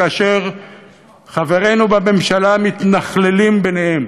כאשר חברינו בממשלה מתנכללים ביניהם